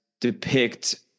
depict